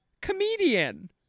comedian